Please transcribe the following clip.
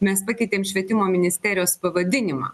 mes pakeitėm švietimo ministerijos pavadinimą